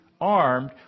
armed